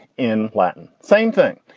in latin. same thing.